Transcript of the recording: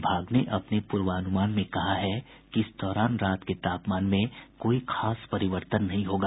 विभाग ने अपने पूर्वानुमान में कहा है कि इस दौरान रात के तापमान में कोई खास परिवर्तन नहीं होगा